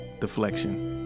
deflection